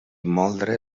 moldre